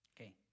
Okay